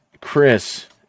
Chris